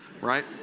Right